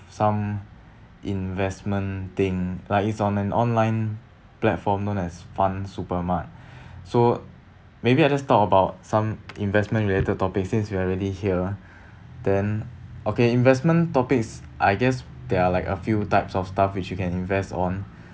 some investment thing like it's on an online platform known as fundsupermart so maybe I just talk about some investment related topics since we are already here then okay investment topics I guess there are like a few types of stuff which you can invest on